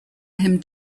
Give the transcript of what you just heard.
him